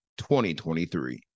2023